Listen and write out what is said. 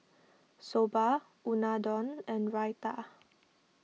Soba Unadon and Raita